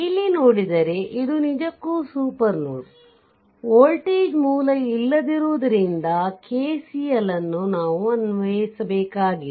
ಇಲ್ಲಿ ನೋಡಿದರೆ ಇದು ನಿಜಕ್ಕೂ ಸೂಪರ್ ನೋಡ್ ವೋಲ್ಟೇಜ್ ಮೂಲ ಇಲ್ಲದಿರುವುದರಿಂದ ಕೆಸಿಎಲ್ ನ್ನು ನಾವು ಅನ್ವಯಿಸಬೇಕಾಗಿದೆ